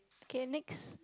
okay next